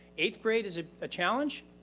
eighth grade is a challenge.